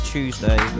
Tuesday